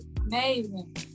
Amazing